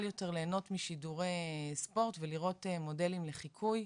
יותר ליהנות משדורי ספורט ולראות מודלים לחיקוי,